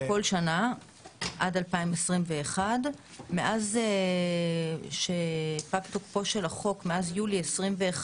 עד 2021. מאז שפג תוקפו של החוק ביולי 2021,